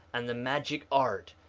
and the magic art,